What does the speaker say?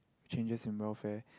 changes in welfare